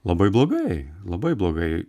labai blogai labai blogai